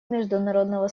международного